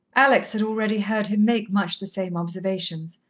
alex had already heard him make much the same observations,